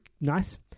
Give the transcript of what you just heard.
nice